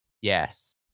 Yes